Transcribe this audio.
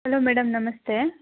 hello madam ನಮಸ್ತೆ